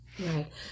Right